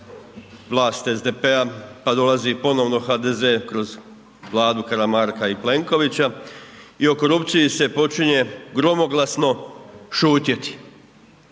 vlast SDP-a, pa dolazi ponovno HDZ kroz Vladu Karamarka i Plenkovića i o korupciji se počinje gromoglasno šutjeti